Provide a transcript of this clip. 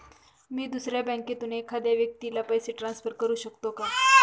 मी दुसऱ्या बँकेतून एखाद्या व्यक्ती ला पैसे ट्रान्सफर करु शकतो का?